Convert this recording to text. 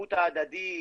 הערבות ההדדית,